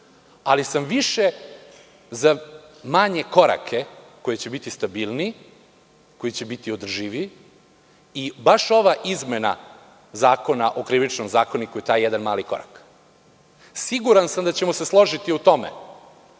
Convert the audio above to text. ali sam više za manje korake koji će biti stabilniji, održiviji i baš ova izmena zakona o Krivičnom zakoniku je taj jedan mali korak. Siguran sam da ćemo se složiti u tome